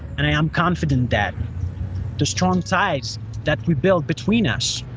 and i am confident that the strong tides that we built between us,